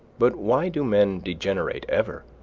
but why do men degenerate ever?